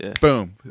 boom